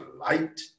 light